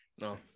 No